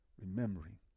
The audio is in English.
Remembering